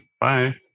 Bye